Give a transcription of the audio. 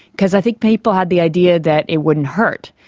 because i think people had the idea that it wouldn't hurt.